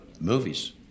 movies